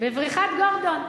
בבריכת "גורדון".